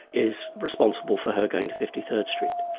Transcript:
is responsible for her going to fifty third street.